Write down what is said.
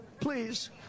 Please